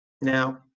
Now